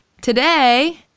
Today